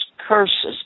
curses